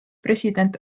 president